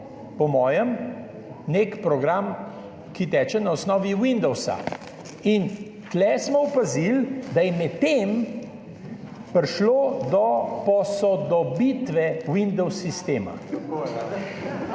po mojem nek program, ki teče na osnovi Windowsa. In tu smo opazili, da je medtem prišlo do posodobitve sistema